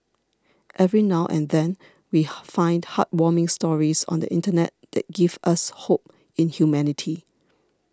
every now and then we find heartwarming stories on the internet that give us hope in humanity